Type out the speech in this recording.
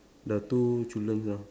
the two children lah